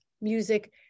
music